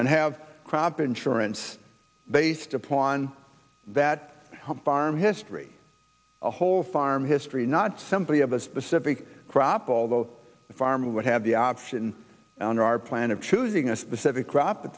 and have crop insurance based upon that farm history a whole farm history not simply of a specific crop although farm would have the option under our plan of choosing a specific crop th